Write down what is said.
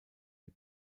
die